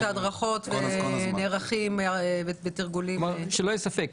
שלא יהיה ספק,